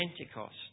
Pentecost